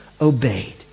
obeyed